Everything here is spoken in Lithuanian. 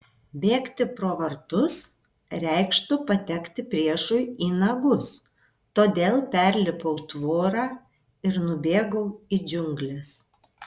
bėgti pro vartus reikštų patekti priešui į nagus todėl perlipau tvorą ir nubėgau į džiungles